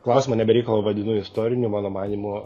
klausimą ne be reikalo vadino istoriniu mano manymu